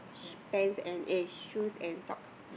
sh~ pants and a shoes and socks